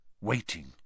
waiting